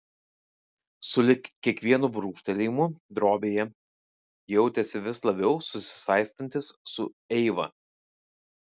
sulig kiekvienu brūkštelėjimu drobėje jautėsi vis labiau susisaistantis su eiva